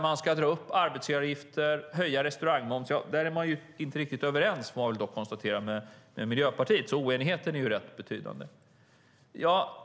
Man ska höja arbetsgivaravgifterna och höja restaurangmomsen. Där är Miljöpartiet inte riktigt överens med de andra, får man dock konstatera, så oenigheten är ju rätt betydande.